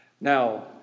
Now